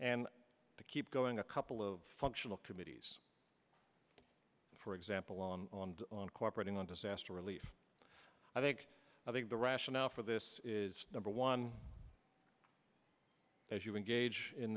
to keep going a couple of functional committees for example on on on cooperating on disaster relief i think i think the rationale for this is number one as you engage in